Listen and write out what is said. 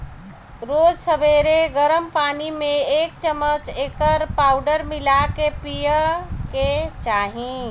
रोज सबेरे गरम पानी में एक चमच एकर पाउडर मिला के पिए के चाही